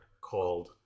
called